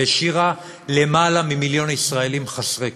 והשאירה יותר ממיליון ישראלים חסרי כול.